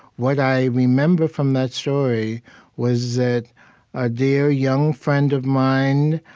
what i remember from that story was that a dear young friend of mine,